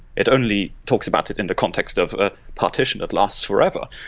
it only talks about it in the context of ah partition that lasts forever.